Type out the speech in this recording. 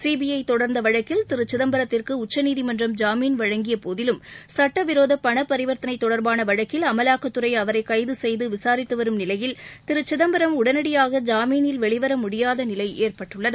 CBI தொடர்ந்த வழக்கில் திரு சிதம்பரத்திற்கு உச்சநீதிமன்றம் ஜாமீன் வழங்கியபோதிலும் சட்டவிரோத பண பரிவர்த்தனை தொடர்பான வழக்கில் அமலாக்கத்துறை அவரை கைது செய்து விசாரித்து வரும் நிலையில் திரு சிதம்பரம் உடனடியாக ஜாமீனில் வெளிவர முடியாத நிலை ஏற்பட்டுள்ளது